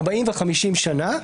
ארבעים וחמישים שנה.